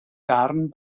darn